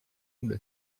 una